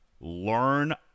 learn